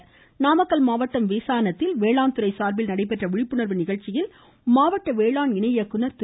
மண்வள அட்டை தொடர்ச்சி நாமக்கல் மாவட்டம் வீசாணத்தில் வேளாண் துறை சார்பில் நடைபெற்ற விழிப்புணர்வு நிகழ்ச்சிகளில் மாவட்ட வேளாண் இணை இயக்குநர் திரு